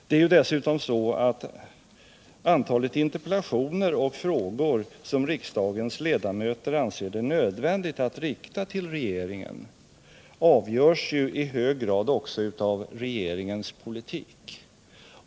Det är ju dessutom så, att antalet interpellationer och frågor som riksdagens ledamöter anser det nödvändigt att rikta till regeringen i hög grad avgörs av regeringens politik.